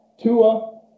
Tua